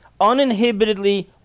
uninhibitedly